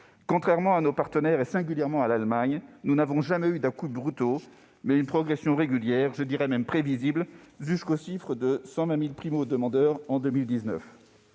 Contrairement à nos partenaires et singulièrement à l'Allemagne, nous n'avons pas eu d'à-coups brutaux, mais une progression régulière, je dirai même prévisible, pour atteindre le chiffre de 120 000 primo-demandeurs en 2019.